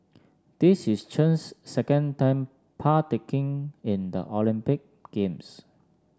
this is Chen's second time partaking in the Olympic Games